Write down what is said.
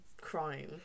crime